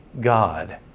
God